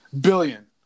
billion